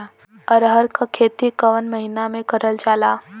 अरहर क खेती कवन महिना मे करल जाला?